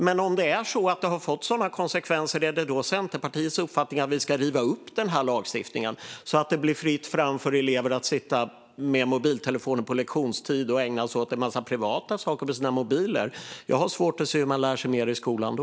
Men om det har fått sådana konsekvenser, är då Centerpartiets uppfattning att vi ska riva upp lagstiftningen så att det blir fritt fram för elever att sitta med mobiltelefonen på lektionstid och ägna sig åt en massa privata saker? Jag har svårt att se hur man lär sig mer i skolan då.